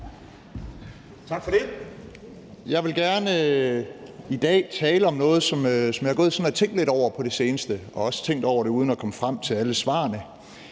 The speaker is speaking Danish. Tak for det. Jeg vil gerne i dag tale om noget, som jeg har gået og tænkt lidt over på det seneste, og jeg har også tænkt over det uden at være kommet frem til alle svarene.